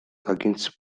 against